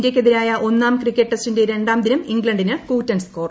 ഇന്ത്യയ്ക്കെതിരായ ഒന്നാം ക്രിക്കറ്റ് ടെസ്റ്റിന്റെ രണ്ടാംദിനം ഇംഗ്ലണ്ടിന് കൂറ്റൻ സ്കോർ